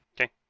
Okay